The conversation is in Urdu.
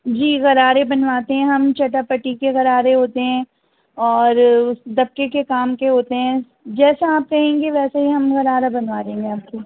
جی غرارے بنواتے ہیں ہم چٹاپٹی کے غرارے ہوتے ہیں اور دبکے کے کام کے ہوتے ہیں جیسا آپ کہیں گے ویسے ہی ہم غارارا بنوا دیں گے آپ کے